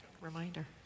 reminder